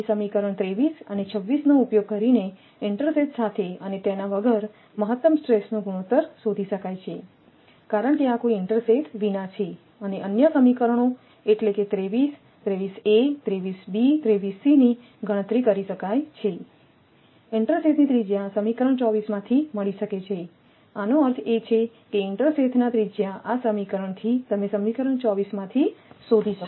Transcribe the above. તેથી સમીકરણ 23 અને 26નો ઉપયોગ કરીને ઇન્ટરસેથ સાથે અને તેના વગર મહત્તમ સ્ટ્રેસનો ગુણોત્તર શોધી શકાય છે કારણ કે આ કોઈ ઇન્ટરસેથ વિના છે અને અન્ય સમીકરણો એટલે કે 23 23 એ 23 બી અને 23 સીની ગણતરી કરી શકાય છે ઇન્ટરસેથની ત્રિજ્યા સમીકરણ 24 માંથી મળી શકે છે આનો અર્થ એ છે કે ઇન્ટરસેથના ત્રિજ્યા આ સમીકરણથી તમે સમીકરણ 24 માંથી શોધી શકો છો